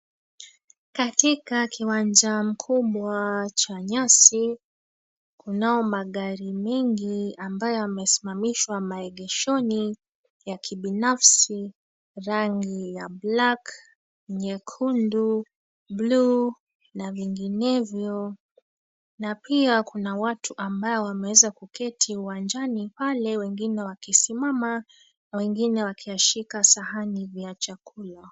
Katika kiwanja mkubwa cha nyasi, kunao magari mengi ambayo yamesimamishwa maegeshoni, ya kibinafsi rangi ya black , nyekundu, bluu na vinginevyo na pia kuna watu ambao wameweza kuketi uwanjani pale wengine wakisimama na wengine wakiyashika sahani vya chakula.